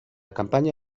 campaña